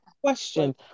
Question